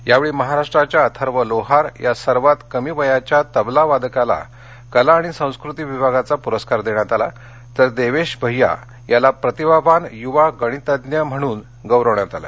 यावेळी महाराष्ट्राच्या अथर्व लोहार या सर्वात कमी वयाच्या तबला वादकाला कला आणि संस्कृती विभागाचा पुरस्कार देण्यात आला तर देवेश भईया याला प्रतिभावान यूवा गणितज्ज्ञ म्हणून गौरवण्यात आलं